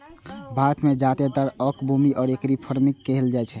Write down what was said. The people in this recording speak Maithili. भारत मे जादेतर ओक मूंगा एरी के फार्मिंग कैल जाइ छै